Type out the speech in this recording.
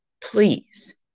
please